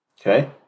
Okay